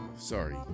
sorry